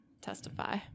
testify